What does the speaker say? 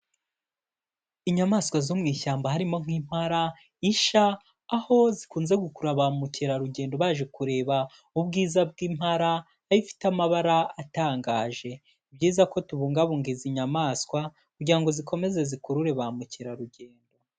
Inyamaswa zo mu ishyamba harimo nk'impara, isha, aho zikunze gukurura ba mukerarugendo baje kureba ubwiza bw'impara, aho ifite amabara atangaje. Ni byiza ko tubungabunga izi nyamaswa kugira ngo zikomeze zikurure ba mukerarugendo.